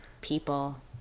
people